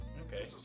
Okay